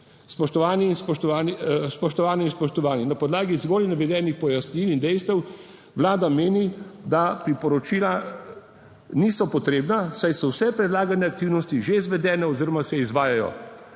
Spoštovane in spoštovani. Na podlagi zgolj navedenih pojasnil in dejstev vlada meni, da priporočila niso potrebna, saj so vse predlagane aktivnosti že izvedene oziroma se izvajajo.